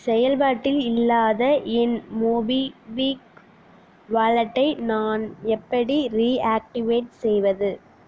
செயல்பாட்டில் இல்லாத என் மோபிக்விக் வாலெட்டை நான் எப்படி ரீஆக்டிவேட் செய்வது